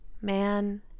man